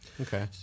Okay